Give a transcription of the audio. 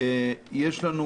בואו